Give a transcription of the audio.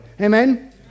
Amen